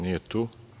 Nije tu.